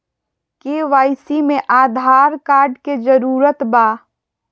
KYC में Aadhaar card के जरूरत बा?